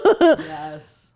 yes